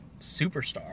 superstar